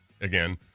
again